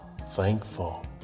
thankful